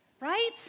right